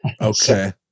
Okay